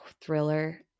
thriller